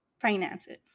finances